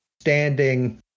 standing